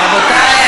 רבותי,